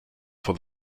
for